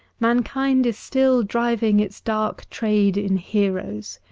mankind is still driving its dark trade in heroes.